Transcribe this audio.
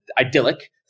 idyllic